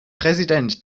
präsident